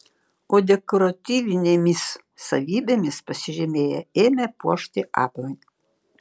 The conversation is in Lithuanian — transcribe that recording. o dekoratyvinėmis savybėmis pasižymėję ėmė puošti aplinką